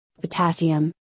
potassium